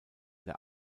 der